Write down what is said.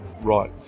Right